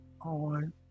on